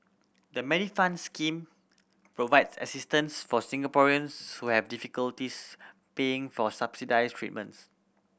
the Medifund scheme provides assistance for Singaporeans who have difficulties paying for subsidized treatments